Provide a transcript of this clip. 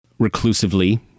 reclusively